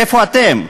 איפה אתם?